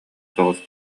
соҕус